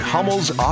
Hummel's